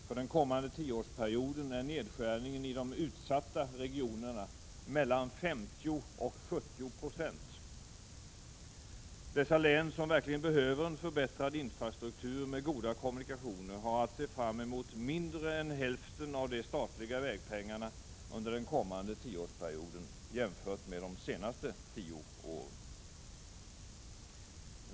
För den kommande tioårsperioden är nedskärningen i de ”utsatta” regionerna mellan 50 och 70 70. Dessa län, som verkligen behöver en förbättrad infrastruktur med goda kommunikationer, har att se fram emot mindre än hälften av de statliga vägpengarna under den kommande tioårsperioden, jämfört med de senaste tio åren.